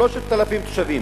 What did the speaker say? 3,000 תושבים,